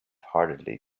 heartedly